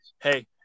Hey